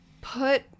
put